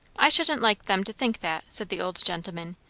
i shouldn't like them to think that, said the old gentleman.